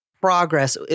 progress